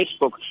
Facebook